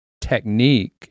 technique